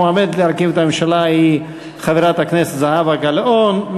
המועמדת להרכיב את הממשלה היא חברת הכנסת זהבה גלאון.